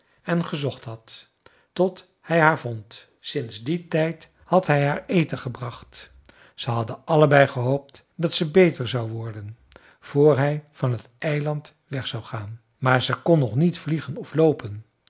en gezocht had tot hij haar vond sinds dien tijd had hij haar eten gebracht ze hadden allebei gehoopt dat ze beter zou worden voor hij van t eiland weg zou gaan maar ze kon nog niet vliegen of loopen